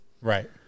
Right